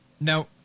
Now